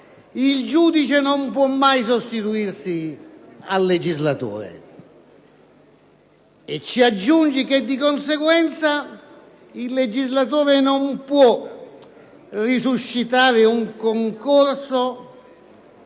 il giudice non può mai sostituirsi al legislatore e aggiunge che, di conseguenza, il legislatore non può resuscitare un concorso